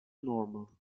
normal